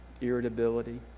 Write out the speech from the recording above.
irritability